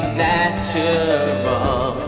natural